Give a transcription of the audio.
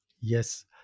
Yes